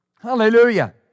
Hallelujah